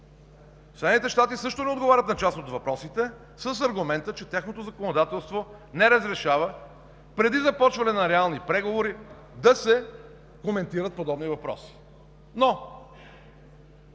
Съединените щати също не отговарят на част от въпросите с аргумента, че тяхното законодателство не разрешава преди започване на реални преговори да се коментират подобни въпроси. Но